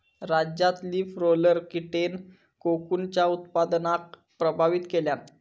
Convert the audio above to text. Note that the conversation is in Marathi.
राज्यात लीफ रोलर कीटेन कोकूनच्या उत्पादनाक प्रभावित केल्यान